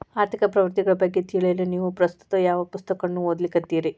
ಆರ್ಥಿಕ ಪ್ರವೃತ್ತಿಗಳ ಬಗ್ಗೆ ತಿಳಿಯಲು ನೇವು ಪ್ರಸ್ತುತ ಯಾವ ಪುಸ್ತಕಗಳನ್ನ ಓದ್ಲಿಕತ್ತಿರಿ?